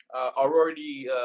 already